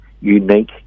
unique